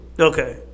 okay